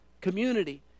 community